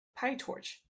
pytorch